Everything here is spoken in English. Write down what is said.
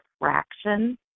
fraction